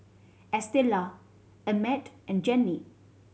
Estela Emmet and Jenni